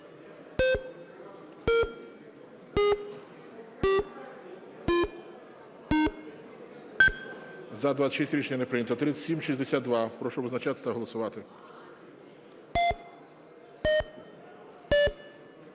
За-26 Рішення не прийнято. 3762. Прошу визначатися та голосувати.